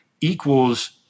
equals